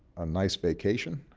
a nice vacation.